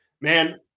man